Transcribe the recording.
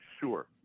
sure